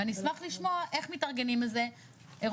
ואני אשמח לשמוע איך מתארגנים לזה רוחבית,